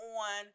on